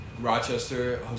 Rochester